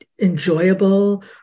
enjoyable